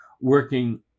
working